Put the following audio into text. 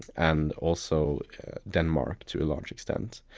and also denmark to a large extent.